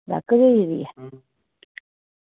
लक्क बी होई दी ऐ